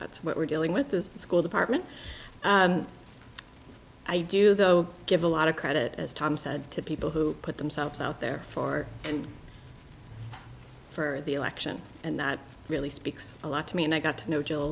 that's what we're dealing with this school department and i do though give a lot of credit as tom said to people who put themselves out there for and for the election and that really speaks a lot to me and i got to know joe a